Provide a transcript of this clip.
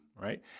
right